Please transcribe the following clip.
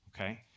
Okay